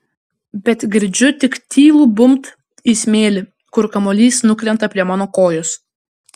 bet girdžiu tik tylų bumbt į smėlį kur kamuolys nukrenta prie mano kojos